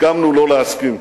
הסכמנו לא להסכים.